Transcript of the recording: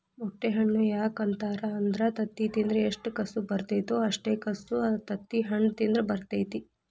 ಮೊಟ್ಟೆ ಹಣ್ಣು ಯಾಕ ಅಂತಾರ ಅಂದ್ರ ತತ್ತಿ ತಿಂದ್ರ ಎಷ್ಟು ಕಸು ಬರ್ತೈತೋ ಅಷ್ಟೇ ಕಸು ತತ್ತಿಹಣ್ಣ ತಿಂದ್ರ ಬರ್ತೈತಿ